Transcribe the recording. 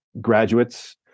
graduates